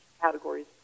categories